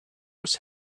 was